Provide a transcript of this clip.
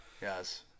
Yes